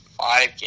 five